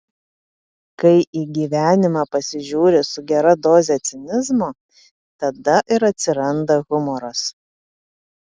kai į gyvenimą pasižiūri su gera doze cinizmo tada ir atsiranda humoras